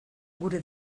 gure